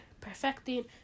perfecting